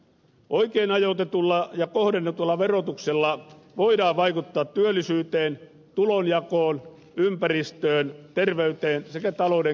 oikein ajoitetulla ja kohdennetulla verotuksella voidaan vaikuttaa työllisyyteen tulonjakoon ympäristöön terveyteen sekä talouden kilpailukykyyn